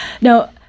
Now